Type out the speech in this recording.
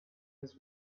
his